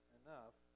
enough